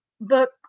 book